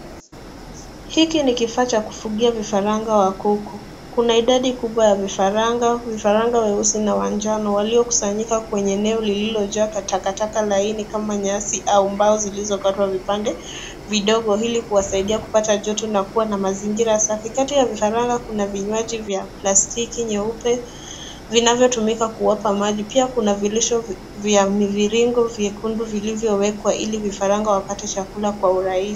Hiki ni kifaa cha kufungia vifaranga wa kuku. Kuna idadi kubwa ya vifaranga. Vifaranga weusi na wa njano waliokusanyika kwenye eneo lililojaa takataka laini kama nyasi au mbao Ilizokatwa vipande vidogo hili kuwasaidia kupata joto na kuwa na mazingira safi. Kati ya vifaranga kuna vinywaji vya plastiki nyeupe vinavyotumika kuwapa maji. Pia kuna vilisho vya miviringo vyekundu vilivyowekwa hili vifaranga wapate chakula kwa urahisi.